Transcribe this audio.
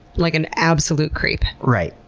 like an absolute creep. right.